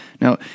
Now